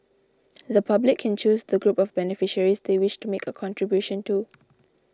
the public can choose the group of beneficiaries they wish to make a contribution to